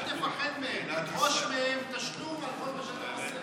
אל תפחד מהם, תדרוש מהם תשלום על כל מה שאתה עושה.